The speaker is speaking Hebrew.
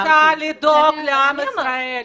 אני רוצה לדאוג לעם ישראל.